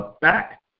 Back